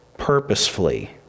purposefully